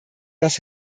dass